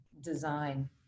design